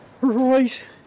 Right